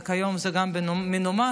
וכיום זה גם מנומס,